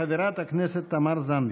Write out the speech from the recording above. חברת הכנסת תמר זנדברג.